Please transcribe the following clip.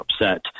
upset